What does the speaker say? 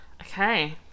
Okay